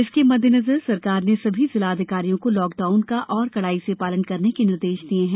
इसके मद्देनजर सरकार ने सभी जिला अधिकारियों को लॉकडाउन का और कड़ाई से पालन करने के निर्देश दिये हैं